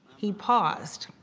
he paused.